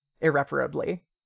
irreparably